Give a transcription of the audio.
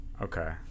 okay